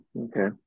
okay